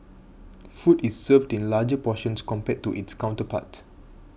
food is served in larger portions compared to its counterparts